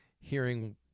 hearing